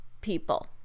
people